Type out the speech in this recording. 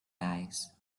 eyes